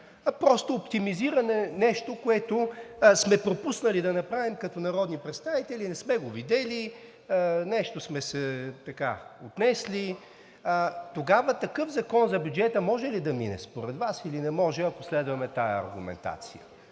а просто оптимизираме нещо, което сме пропуснали да направим като народни представители – не сме го видели, нещо сме се отнесли. Тогава такъв законопроект за бюджета може ли да мине според Вас, или не може, ако следваме тази аргументация